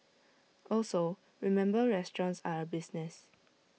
also remember restaurants are A business